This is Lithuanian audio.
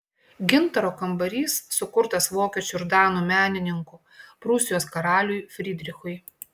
gintaro kambarys sukurtas vokiečių ir danų menininkų prūsijos karaliui frydrichui